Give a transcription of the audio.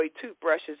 toothbrushes